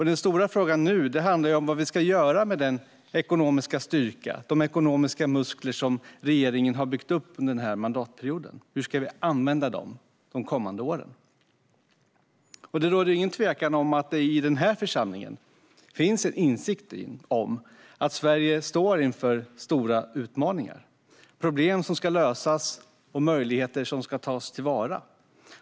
Den stora frågan nu handlar om vad vi ska göra med de ekonomiska muskler regeringen har byggt upp under denna mandatperiod. Hur ska vi använda dem de kommande åren? Det råder ingen tvekan om att det i denna församling finns en insikt om att Sverige står inför stora utmaningar, problem som ska lösas och möjligheter som ska tas till vara.